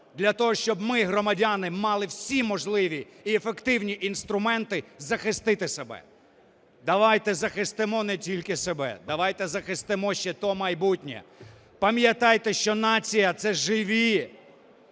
для того, щоб ми, громадяни, мали всі можливі і ефективні інструменти захистити себе. Давайте захистимо не тільки себе. Давайте захистимо ще те майбутнє. Пам'ятайте, що нація – це живі,